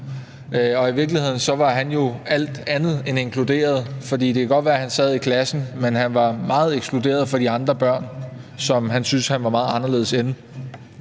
I virkeligheden var han jo alt andet end inkluderet, for det kan godt være, at han sad i klassen, man han var meget ekskluderet fra de andre børn, som han syntes han var meget anderledes end.